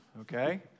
Okay